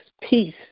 peace